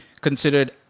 considered